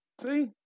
See